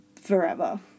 forever